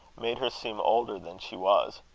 made her seem older than she was.